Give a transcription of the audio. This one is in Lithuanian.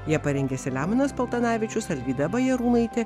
ją parengė selemonas paltanavičius alvyda bajarūnaitė